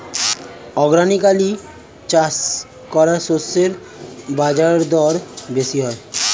organically চাষ করা শস্যের বাজারদর বেশি হয়